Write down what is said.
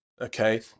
Okay